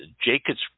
Jacobs